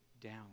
down